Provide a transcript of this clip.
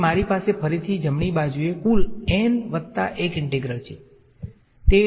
તેથી મારી પાસે ફરીથી જમણી બાજુએ કુલ n વત્તા 1 ઈંટ્રેગલ છે